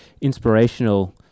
inspirational